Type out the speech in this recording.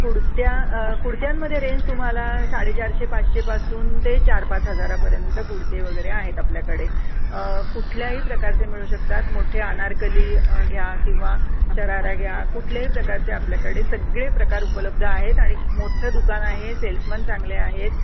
कुडत्या कुडत्यांमध्ये रेंज तुम्हाला साडेचारशे पाचशेपासून ते चार पाच हजारापर्यंत कुडते वगैरे आहेत आपल्याकडे कुठल्याही प्रकारचे मिळू शकतात मोठे आनारकली घ्या किंवा शरारा घ्या कुठल्याही प्रकारचे आपल्याकडे सगळे प्रकार उपलब्ध आहेत आणि मोठ्ठं दुकान आहे सेल्समन चांगले आहेत